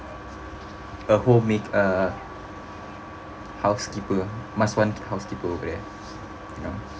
a homemake~ uh housekeeper must find a housekeeper over there ya